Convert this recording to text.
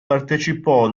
partecipò